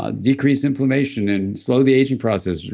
ah decrease inflammation, and slow the aging process,